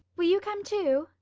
will you come, too?